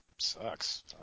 Sucks